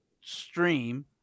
stream